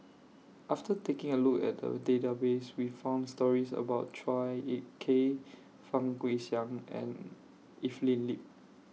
after taking A Look At The Database We found stories about Chua Ek Kay Fang Guixiang and Evelyn Lip